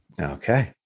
Okay